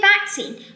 vaccine